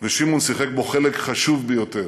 ושמעון שיחק בו חלק חשוב ביותר.